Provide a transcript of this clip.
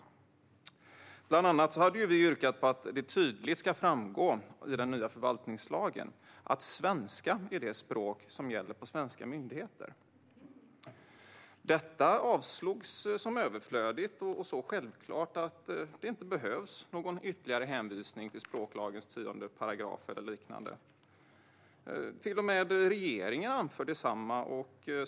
En modern och rättssäker förvaltning - ny förvaltningslag Bland annat hade vi yrkat på att det tydligt ska framgå i den nya förvaltningslagen att svenska är det språk som gäller på svenska myndigheter. Detta avslogs som överflödigt och så självklart att det inte behövs någon ytterligare hänvisning till språklagens 10 § eller liknande. Till och med regeringen anför detsamma.